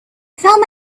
found